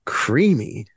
creamy